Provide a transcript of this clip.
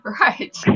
Right